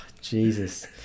Jesus